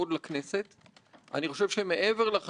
שבמשך שנים רבות חשבנו שאנחנו מסוגלים לעשות.